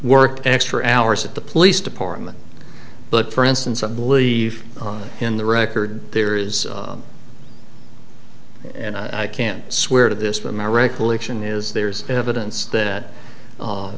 work extra hours at the police department but for instance i believe in the record there is and i can swear to this from my recollection is there's evidence that